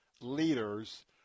leaders